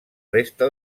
resta